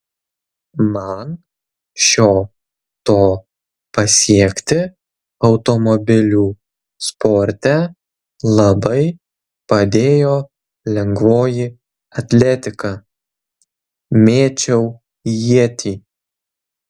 man šio to pasiekti automobilių sporte labai padėjo lengvoji atletika mėčiau ietį